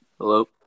Hello